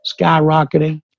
skyrocketing